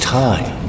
time